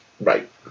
Right